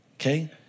Okay